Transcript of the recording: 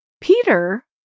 Peter